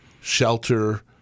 shelter